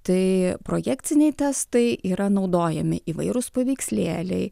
tai projekciniai testai yra naudojami įvairūs paveikslėliai